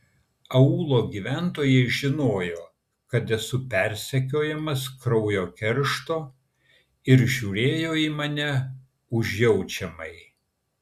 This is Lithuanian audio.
aūlo gyventojai žinojo kad esu persekiojamas kraujo keršto ir žiūrėjo į mane užjaučiamai